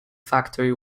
factory